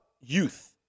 youth